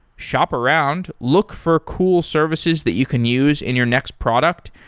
shop around, look for cool services that you can use in your next product,